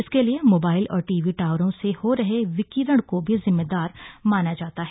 इसके लिए मोबाइल और टीवी टावरों से हो रहे विकिरण को भी जिम्मेदार माना जाता है